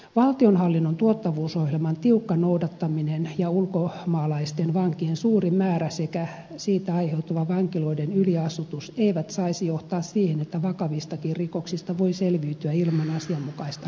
valtionhallinnon tuottavuusohjelman tiukka noudattaminen ja ulkomaalaisten vankien suuri määrä sekä siitä aiheutuva vankiloiden yliasutus eivät saisi johtaa siihen että vakavistakin rikoksista voi selviytyä ilman asianmukaista rangaistusta